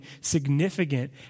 significant